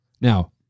Now